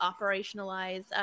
operationalize